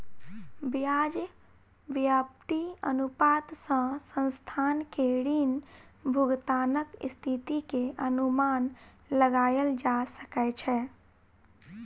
ब्याज व्याप्ति अनुपात सॅ संस्थान के ऋण भुगतानक स्थिति के अनुमान लगायल जा सकै छै